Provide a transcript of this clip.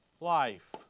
life